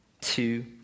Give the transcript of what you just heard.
two